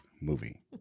movie